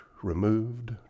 removed